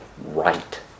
Right